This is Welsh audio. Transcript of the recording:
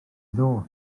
ddoe